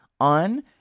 on